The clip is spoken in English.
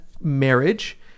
marriage